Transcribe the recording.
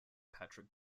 patrick